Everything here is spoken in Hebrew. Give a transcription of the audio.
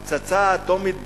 הפצצה האטומית באירן?